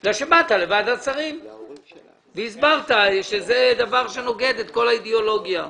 כי באת לוועדת שרים והסברת שזה דבר שנוגד את כל האידיאולוגיה.